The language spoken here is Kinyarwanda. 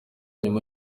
nyuma